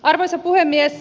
arvoisa puhemies